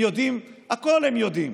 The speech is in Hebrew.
הכול הם יודעים